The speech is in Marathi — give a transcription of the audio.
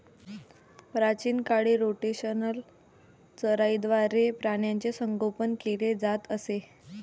प्राचीन काळी रोटेशनल चराईद्वारे प्राण्यांचे संगोपन केले जात असे